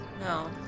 No